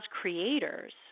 creators